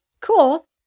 cool